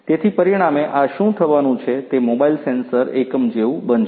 તેથી પરિણામે આ શું થવાનું છે તે મોબાઇલ સેન્સર એકમ જેવું બનશે